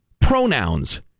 pronouns